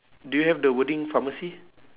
do you have the wording pharmacy